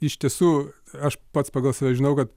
iš tiesų aš pats pagal save žinau kad